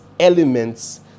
Elements